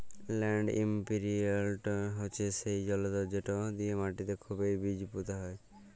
land ইমপিরিলটর হছে সেই জলতর্ যেট দিঁয়ে মাটিতে খুবই বীজ পুঁতা হয়